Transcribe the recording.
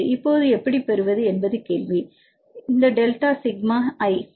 இப்போது எப்படி பெறுவது என்பது கேள்வி இந்த டெல்டா சிக்மா I சரி